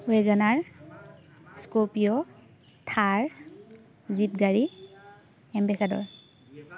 Wagon R Scorpio Thar জীপগাড়ী ambassador